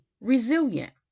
resilient